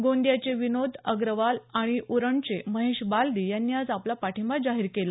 गोंदियाचे विनोद अग्रवाल आणि उरणचे महेश बालदी यांनी आज आपला पाठिंबा जाहीर केला